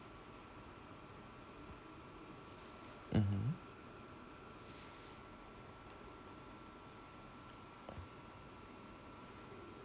mmhmm